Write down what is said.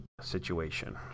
situation